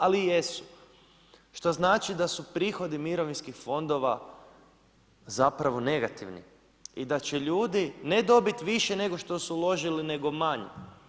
Ali jesu, što znači da su prihodi mirovinskih fondova zapravo negativni i da će ljudi ne dobiti više nego što su uložili nego manje.